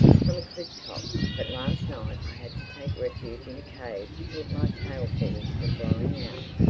from a cliff-top but last night i had to take refuge in a cave to keep my tail-feathers from blowing out.